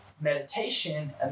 meditation